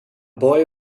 boy